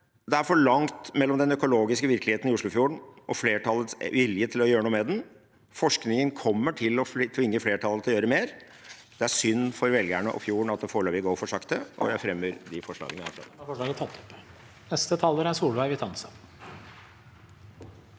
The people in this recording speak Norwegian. Det er for langt mellom den økologiske virkeligheten i Oslofjorden og flertallets vilje til å gjøre noe med den. Forskningen kommer til å tvinge flertallet til å gjøre mer. Det er synd for velgerne og fjorden at det foreløpig går for sakte. Jeg fremmer de forslagene vi står bak. Presidenten